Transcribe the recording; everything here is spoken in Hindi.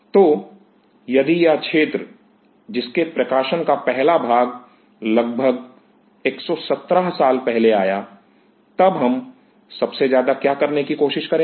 तो यदि यह क्षेत्र जिसके प्रकाशन का पहला भाग लगभग 117 साल पहले आया तब हम सबसे ज्यादा क्या करने की कोशिश करेंगे